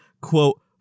quote